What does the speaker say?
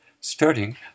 starting